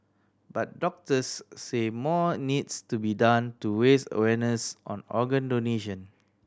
but doctors say more needs to be done to raise awareness on organ donation